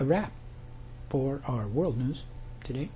wrap for our world news today